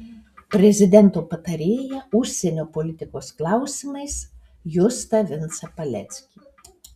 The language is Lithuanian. prezidento patarėją užsienio politikos klausimais justą vincą paleckį